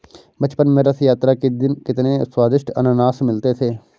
बचपन में रथ यात्रा के दिन कितने स्वदिष्ट अनन्नास मिलते थे